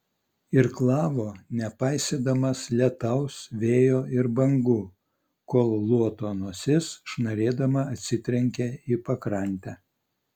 irklavo nepaisydamas lietaus vėjo ir bangų kol luoto nosis šnarėdama atsitrenkė į pakrantę